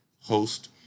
host